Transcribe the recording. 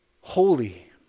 holy